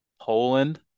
Poland